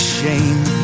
shame